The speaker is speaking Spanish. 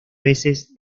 veces